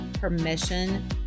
Permission